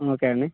okay అండి